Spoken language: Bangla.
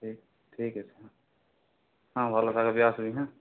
ঠিক ঠিক আছে হ্যাঁ হ্যাঁ ভালো থাকবি আসবি হ্যাঁ